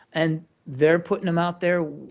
and they're putting them out there.